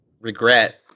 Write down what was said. regret